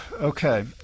Okay